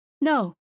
No